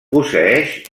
posseïx